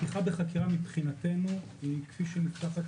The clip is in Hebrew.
פתיחה בחקירה מבחינתו היא כפי שנפתחת